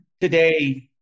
today